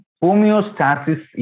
homeostasis